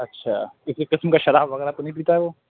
اچھا کسی قسم کا شراب وغیرہ تو نہیں پیتا ہے وہ